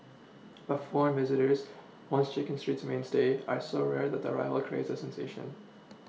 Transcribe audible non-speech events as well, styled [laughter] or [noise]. [noise] but foreign visitors once chicken street's mainstay are so rare that their arrival creates a sensation